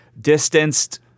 distanced